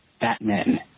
Batman